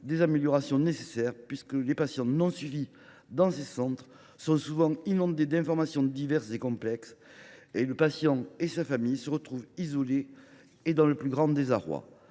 des améliorations nécessaires, car les patients non suivis dans ces centres sont souvent inondés d’informations diverses et complexes, ce qui fait qu’eux et leurs familles se retrouvent isolés et dans le plus grand désarroi.